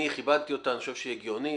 אני כיבדתי אותה, אני חושב שהיא הגיונית.